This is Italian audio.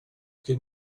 che